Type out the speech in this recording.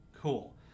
cool